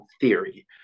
theory